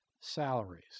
salaries